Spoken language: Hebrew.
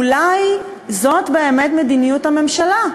אולי זאת באמת מדיניות הממשלה?